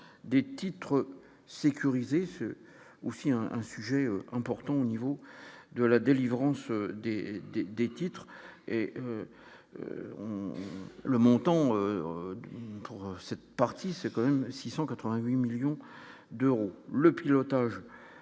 des titres sécurisés ou si un un sujet important au niveau de la délivrance D D des titres et le montant pour cette partie, c'est quand même 688 millions d'euros, le pilotage